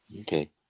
Okay